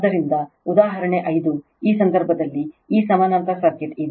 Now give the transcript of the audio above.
ಆದ್ದರಿಂದ ಉದಾಹರಣೆ 5 ಈ ಸಂದರ್ಭದಲ್ಲಿ ಈ ಸಮಾನಾಂತರ ಸರ್ಕ್ಯೂಟ್ ಇದೆ